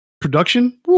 production